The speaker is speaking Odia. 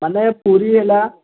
ମାନେ ପୁରୀ ହେଲା